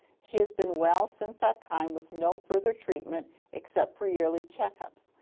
she has been well since that time with no further treatment except for yearly check-ups.